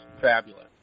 fabulous